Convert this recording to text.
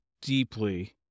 deeply